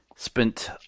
spent